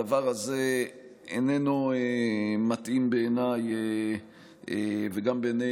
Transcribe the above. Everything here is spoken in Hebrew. הדבר הזה איננו מתאים בעיניי וגם בעיני